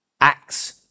acts